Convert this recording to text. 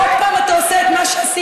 עוד פעם אתה עושה את מה שעשית.